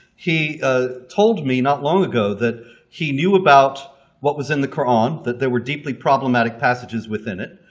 he ah told me not long ago that he knew about what was in the quran, that there were deeply problematic passages within it,